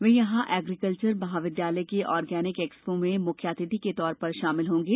वे यहां एग्रीकल्वर महाविद्यालय के आर्गेनिक एक्सपो में मुख्य अतिथि के तौर पर शामिल होंगे